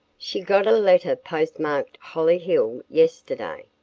she got a letter postmarked hollyhill yesterday,